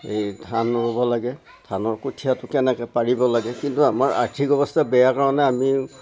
এই ধান ৰুব লাগে ধানৰ কঠিয়াটো কেনেকে পাৰিব লাগে কিন্তু আমাৰ আৰ্থিক অৱস্থা বেয়া কাৰণে আমি